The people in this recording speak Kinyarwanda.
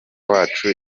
wacu